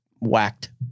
whacked